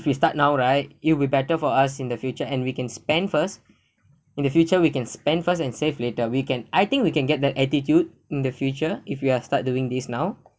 we start now right it'll be better for us in the future and we can spend first in the future we can spend first and save later we can I think we can get the attitude in the future if we are start doing this now